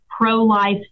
pro-life